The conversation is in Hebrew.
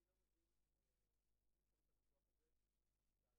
זה כיוון מחשבה טוב.